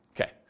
Okay